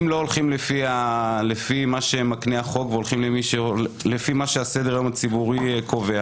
אם לא הולכים לפי מה שמקנה החוק והולכים לפי מה שסדר-היום הציבורי קובע,